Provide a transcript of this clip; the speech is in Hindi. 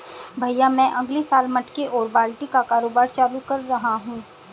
भैया मैं अगले साल मटके और बाल्टी का कारोबार चालू कर रहा हूं